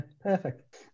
perfect